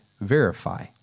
verify